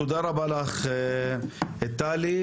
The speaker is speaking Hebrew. תודה רבה לך, טלי.